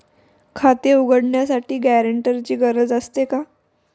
खाते उघडण्यासाठी गॅरेंटरची गरज असते का?